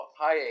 hi